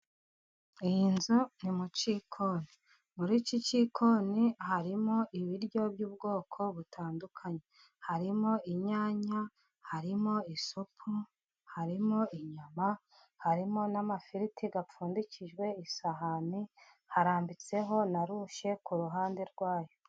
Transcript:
Iyi nzu ni mu cyikoni, muri iki cyikoni harimo ibiryo by'ubwoko butandukanye harimo: inyanya, harimo isupu, harimo inyama, harimo n'amafiriti apfundikijwe isahani, harambitseho na rushe ku ruhande rwayo.